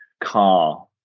car